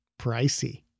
pricey